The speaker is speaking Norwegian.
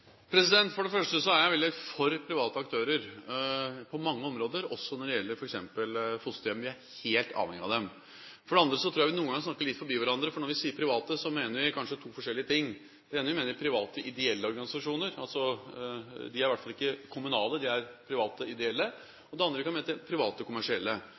For det første er jeg veldig for private aktører på mange områder, også når det gjelder f.eks. fosterhjem. Vi er helt avhengig av dem. For det andre tror jeg vi noen ganger snakker litt forbi hverandre. Når vi sier private, mener vi kanskje to forskjellige ting. Det ene vi kan mene, er private ideelle organisasjoner – de er i hvert fall ikke kommunale, de er private ideelle. Det andre vi kan mene, er private kommersielle.